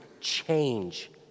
change